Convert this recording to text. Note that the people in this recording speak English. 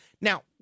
Now